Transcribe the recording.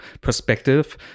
perspective